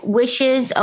wishes